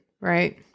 Right